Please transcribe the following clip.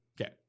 Okay